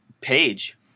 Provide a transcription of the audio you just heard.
page